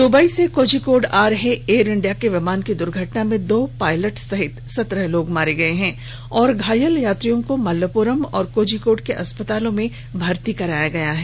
Dubai से कोझिकोड आ रहे एयर इंडिया के विमान की दुर्घटना में दो पायलट सहित सत्रह लोग मारे गए हैं और घायल यात्रियों को मल्लोपुरम और कोझिकोर्ड के अस्पतालों में भर्ती कराया गया है